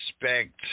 expect